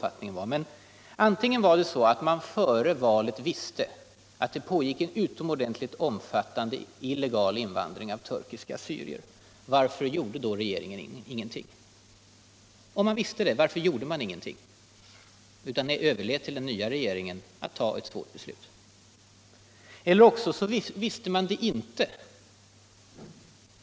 Antingen var det väl så att den gamla regeringen före valet visste att det förekom en utomordentligt omfattande illegal invandring av turkiska assyrier. Om man visste det — varför gjorde man då ingenting utan överlät åt den nya regeringen att ta ett svårt beslut? Eller också visste man det inte.